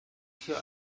hier